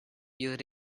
you